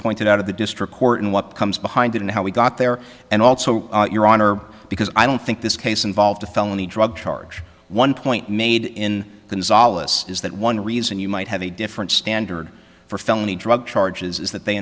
pointed out of the district court and what comes behind it and how we got there and also your honor because i don't think this case involved a felony drug charge one point made in the solace is that one reason you might have a different standard for felony drug charges is that they